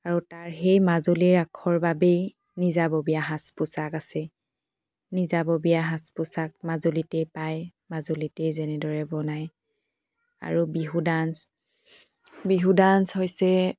আৰু তাৰ সেই মাজুলীৰ ৰাসৰ বাবেই নিজাববীয়া সাজ পোছাক আছে নিজাববীয়া সাজ পোছাক মাজুলীতে পায় মাজুলীতেই যেনেদৰে বনায় আৰু বিহু ডাঞ্চ বিহু ডাঞ্চ হৈছে